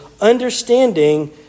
understanding